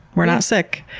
we're not sick.